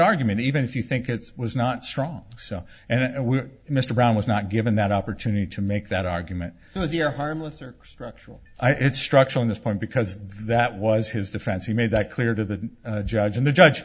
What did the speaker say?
argument even if you think it was not strong so and mr brown was not given that opportunity to make that argument because you're harmless or structural it's structural in this point because that was his defense he made that clear to the judge and the judge